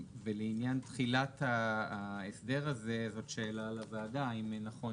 לעניין תחילת ההסדר הזה זאת שאלה לוועדה האם נכון